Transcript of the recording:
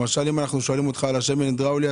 למשל אם שואלים אותך על שמן הידראולי,